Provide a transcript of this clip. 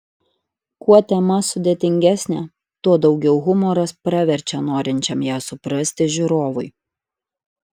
kuo tema sudėtingesnė tuo daugiau humoras praverčia norinčiam ją suprasti žiūrovui